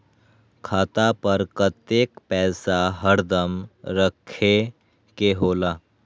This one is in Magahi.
खाता पर कतेक पैसा हरदम रखखे के होला?